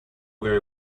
very